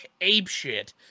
apeshit